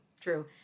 true